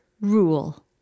rule